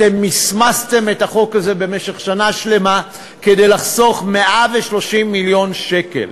אתם מסמסתם את החוק הזה במשך שנה שלמה כדי לחסוך 130 מיליון שקל.